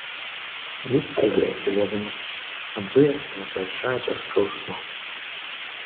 jis sėdėjo tylėdamas apdujęs nuo bežadžio skausmo